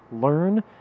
learn